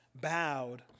bowed